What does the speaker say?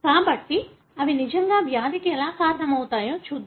కాబట్టి అవి నిజంగా వ్యాధికి ఎలా కారణమవుతాయో చూద్దాం